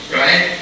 right